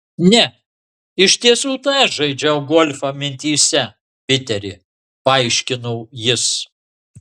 ne iš tiesų tai aš žaidžiau golfą mintyse piteri paaiškino jis